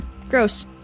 Gross